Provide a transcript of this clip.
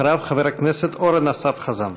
אחריו, חבר הכנסת אורן אסף חזן.